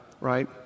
right